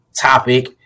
topic